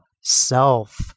self